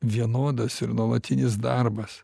vienodas ir nuolatinis darbas